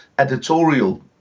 editorial